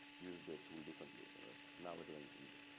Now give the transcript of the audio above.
use the tool differently now we're doing windows.